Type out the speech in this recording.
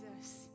Jesus